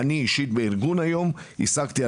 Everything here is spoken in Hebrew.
אני אישית בארגון השגתי היום הלוואות